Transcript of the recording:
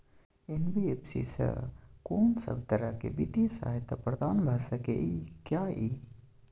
NBFC स कोन सब तरह के वित्तीय सहायता प्रदान भ सके इ? इ